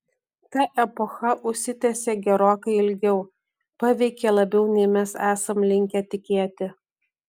ta epocha užsitęsė gerokai ilgiau paveikė labiau nei mes esam linkę tikėti